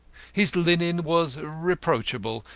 his linen was reproachable,